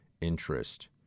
interest